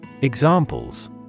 Examples